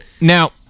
now